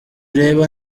urebe